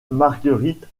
marguerite